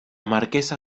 marquesa